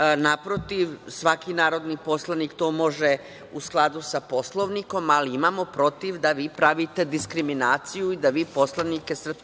Naprotiv, svaki narodni poslanik to može u skladu sa Poslovnikom, ali imamo protiv da vi pravite diskriminaciju i da vi poslanike SRS